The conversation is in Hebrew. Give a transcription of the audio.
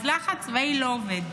אז לחץ צבאי לא עובד.